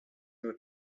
nur